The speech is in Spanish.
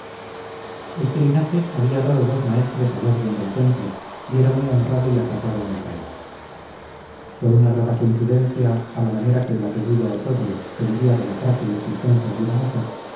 este linaje había dado dos maestres al orden del temple y era muy honrado y acatado en el país por una rara coincidencia a la manera que el apellido ossorio pendía de la frágil existencia de una mujer